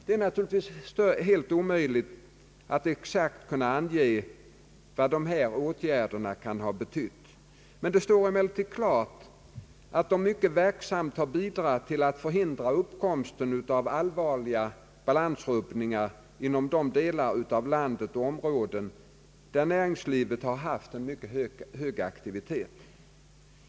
Det är naturligtvis omöjligt att exakt ange vad dessa åtgärder kan ha betytt, men det står klart att de mycket verksamt bidragit till att förhindra uppkomsten av allvarliga balansrubbningar inom de delar och områden av landet där näringslivet haft en mycket hög aktivitet.